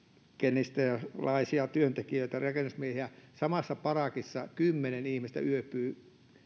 uzbekistanilaisia työntekijöitä rakennusmiehiä samassa parakissa kymmenen yöpymässä